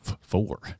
four